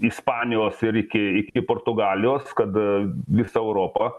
ispanijos ir iki iki portugalijos kad visą europą